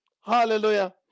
hallelujah